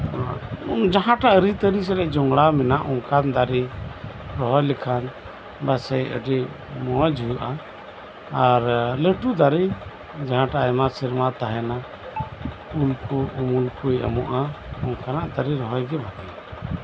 ᱡᱟᱸᱦᱟᱴᱟᱜ ᱟᱹᱨᱤᱪᱟᱹᱞᱤ ᱥᱟᱛᱮᱜ ᱡᱚᱯᱲᱟᱣ ᱢᱮᱱᱟᱜ ᱚᱱᱠᱟᱱ ᱫᱟᱨᱮ ᱨᱚᱦᱚᱭ ᱞᱮᱠᱷᱟᱱ ᱟᱹᱰᱤ ᱢᱚᱸᱡ ᱦᱩᱭᱩᱜᱼᱟ ᱟᱨ ᱞᱟᱹᱴᱩ ᱫᱟᱨᱮ ᱡᱟᱸᱦᱟᱴᱟᱜ ᱟᱭᱢᱟ ᱥᱮᱨᱢᱟ ᱛᱟᱸᱦᱮᱱᱟ ᱩᱢᱩᱞ ᱠᱚᱭ ᱮᱢᱚᱜᱼᱟ ᱚᱱᱠᱟᱱᱟᱜ ᱫᱟᱨᱮ ᱨᱚᱦᱚᱭᱜᱮ ᱵᱷᱟᱹᱜᱤᱭᱟ